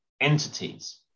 entities